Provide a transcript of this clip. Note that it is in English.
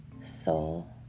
soul